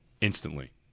instantly